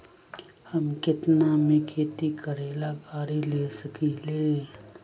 हम केतना में खेती करेला गाड़ी ले सकींले?